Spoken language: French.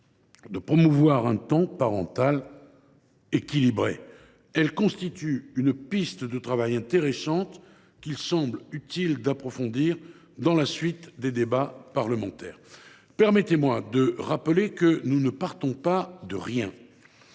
de promouvoir un temps parental équilibré. Elle constitue une piste de travail intéressante qu’il semble utile d’approfondir dans la suite des débats parlementaires. Permettez moi de rappeler que nous ne partons pas de rien.